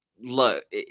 look